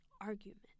argument